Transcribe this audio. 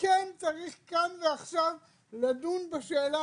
כן צריך כאן ועכשיו לדון בשאלה,